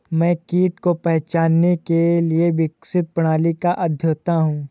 मैं कीट को पहचानने के लिए विकसित प्रणाली का अध्येता हूँ